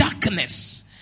Darkness